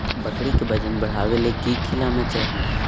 बकरी के वजन बढ़ावे ले की खिलाना चाही?